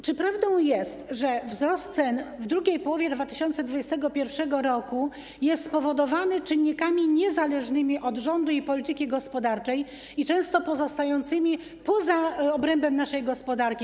Czy prawdą jest, że wzrost cen w drugiej połowie 2021 r. jest spowodowany czynnikami niezależnymi od rządu i polityki gospodarczej, często pozostającymi poza obrębem naszej gospodarki?